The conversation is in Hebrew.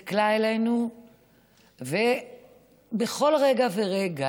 הסתכלה אלינו ובכל רגע ורגע